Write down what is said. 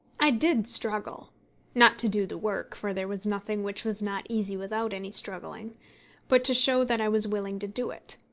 i did struggle not to do the work, for there was nothing which was not easy without any struggling but to show that i was willing to do it.